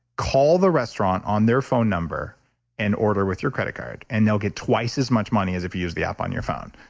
call the restaurant on their phone number and order with your credit card. and they'll get twice as much as if you use the app on your phone.